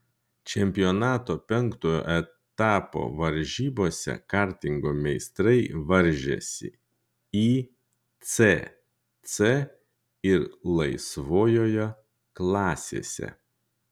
čempionato penktojo etapo varžybose kartingo meistrai varžėsi icc ir laisvojoje klasėse